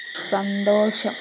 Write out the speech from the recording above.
സന്തോഷം